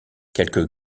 quelques